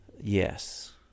Yes